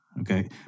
Okay